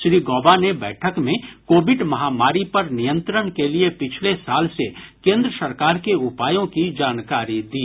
श्री गौबा ने बैठक में कोविड महामारी पर नियंत्रण के लिए पिछले साल से केंद्र सरकार के उपायों की जानकारी दी